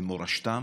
למורשתם,